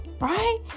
right